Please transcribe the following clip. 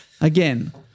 Again